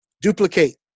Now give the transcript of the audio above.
duplicate